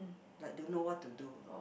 like don't know what to do